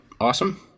awesome